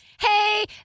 Hey